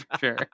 Sure